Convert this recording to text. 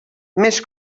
més